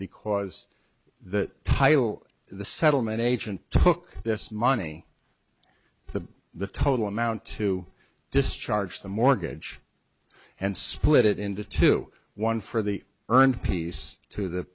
because the tile the settlement agent took this money the the total amount to discharge the mortgage and split it into two one for the earned peace to the